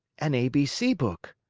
an a b c book.